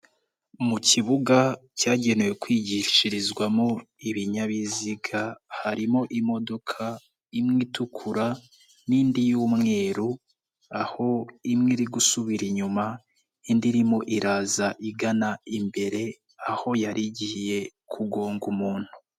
Mu kibuga cyagenewe kwigishirizwamo ibinyabiziga, harimo imodoka imwe itukura n'indi y'umweru aho imwe iri gusubira inyuma indi irimo iraza igana imbere aho yarigiye kugonga umuntu.